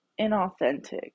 inauthentic